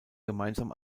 gemeinsam